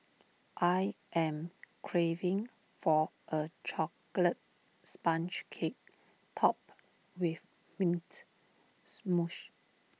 I am craving for A Chocolate Sponge Cake Topped with Mint Mousse